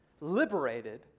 liberated